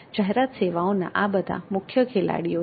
જાહેરાત સેવાઓના આ બધા મુખ્ય ખેલાડીઓ છે